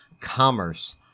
commerce